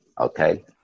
Okay